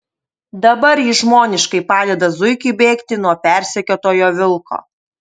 dabar jis žmoniškai padeda zuikiui bėgti nuo persekiotojo vilko